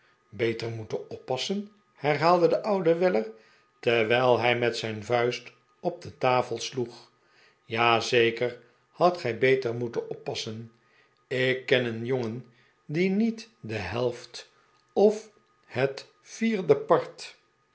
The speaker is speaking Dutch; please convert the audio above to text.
beter moeten oppassen herhaalde de oude weller terwijl hij met zijn vuist op de tafel sloeg ja zeker hadt gij beter moeten oppassen ik ken een jongen die niet de helft of het vief